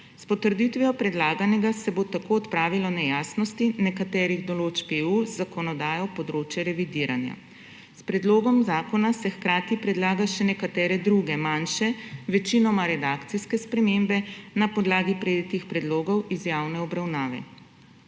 S potrditvijo predlaganega se bo tako odpravilo nejasnosti nekaterih določb EU z zakonodajo področje revidiranja. S predlogom zakona se hkrati predlaga še nekatere druge manjše, večinoma redakcijske spremembe, na podlagi prejetih predlogov iz javne obravnave.